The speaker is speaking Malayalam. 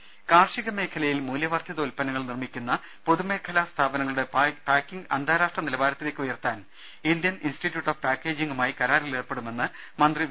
് കാർഷിക മേഖലയിൽ മൂല്യവർധിത ഉൽപ്പന്നങ്ങൾ നിർമ്മിക്കുന്ന പൊതുമേഖലാ സ്ഥാപനങ്ങളുടെ പാക്കിംഗ് അന്താരാഷ്ട്ര നിലവാരത്തിലേക്ക് ഉയർത്താൻ ഇന്ത്യൻ ഇൻസ്റ്റിറ്റ്യൂട്ട് ഓഫ് പാക്കേജിംഗുമായി കരാറിൽ ട ഏർപ്പെടുമെന്ന് മന്ത്രി വി